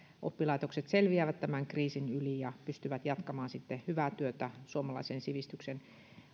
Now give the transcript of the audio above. oppilaitokset selviävät tämän kriisin yli ja pystyvät jatkamaan hyvää työtä suomalaisen sivistyksen